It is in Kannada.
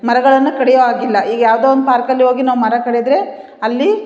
ಮರಗಳನ್ನು ಕಡಿಯೋ ಹಾಗಿಲ್ಲ ಈಗ ಯಾವುದೊ ಒನ್ ಪಾರ್ಕಲ್ಲಿ ಹೋಗಿ ನಾವು ಮರ ಕಡಿದ್ರೆ ಅಲ್ಲಿ